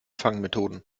fangmethoden